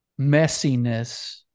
messiness